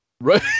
right